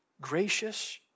gracious